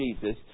Jesus